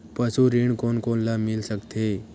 पशु ऋण कोन कोन ल मिल सकथे?